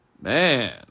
Man